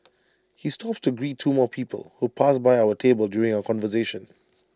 he stops to greet two more people who pass by our table during our conversation